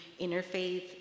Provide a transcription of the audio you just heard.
interfaith